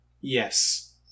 Yes